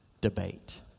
debate